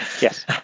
Yes